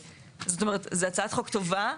זאת אומרת, זו הצעת חוק טובה.